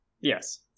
Yes